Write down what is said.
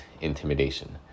intimidation